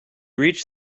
reached